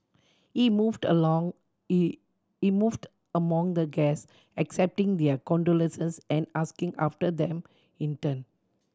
he moved along he moved among the guests accepting their condolences and asking after them in turn